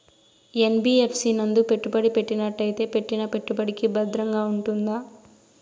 NBFC నందు పెట్టుబడి పెట్టినట్టయితే పెట్టిన పెట్టుబడికి భద్రంగా ఉంటుందా?